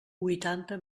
huitanta